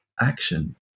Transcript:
action